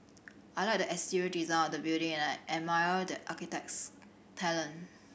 I like the exterior design of the building and I admire the architect's talent